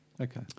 Okay